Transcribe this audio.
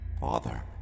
Father